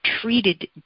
treated